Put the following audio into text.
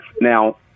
now